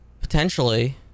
potentially